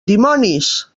dimonis